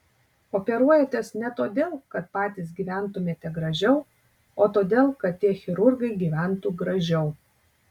operuojatės ne todėl kad patys gyventumėte gražiau o todėl kad tie chirurgai gyventų gražiau